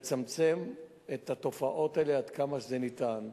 לצמצם את התופעות האלה עד כמה שזה ניתן.